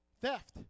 theft